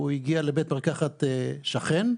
הוא הגיע לבית מרקחת שכן,